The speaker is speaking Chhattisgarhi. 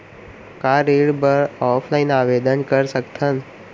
का ऋण बर ऑफलाइन आवेदन कर सकथन?